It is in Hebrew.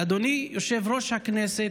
אדוני יושב-ראש הכנסת,